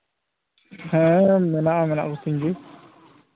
ᱦᱮᱸ ᱢᱮᱱᱟᱜᱼᱟ ᱢᱮᱱᱟᱜ ᱠᱚᱛᱤᱧ ᱫᱚ